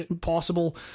possible